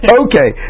okay